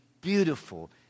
beautiful